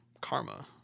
Karma